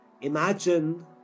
imagine